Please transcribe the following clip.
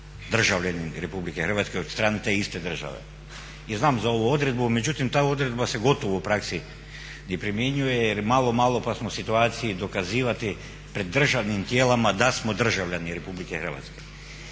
državljanin RH od strane te iste države. I znam za ovu odredbu, međutim ta odredba se gotovo u praksi ne primjenjuje jer malo malo pa smo u situaciji dokazivati pred državnim tijelima da smo državljani RH.